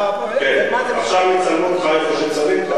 עכשיו יצלמו אותך איפה שצריך.